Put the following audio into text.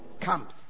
comes